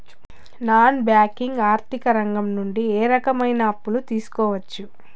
Non banking ఆర్థిక రంగం నుండి ఏ రకమైన అప్పు తీసుకోవచ్చు?